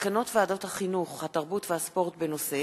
מסקנות ועדת החינוך, התרבות והספורט בנושא: